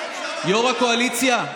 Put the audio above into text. יו"ר הקואליציה,